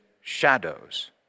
shadows